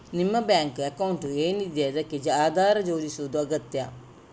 ನಿಮ್ಮ bank account ಏನಿದೆ ಅದಕ್ಕೆ ಆಧಾರ್ ಜೋಡಿಸುದು ಅಗತ್ಯ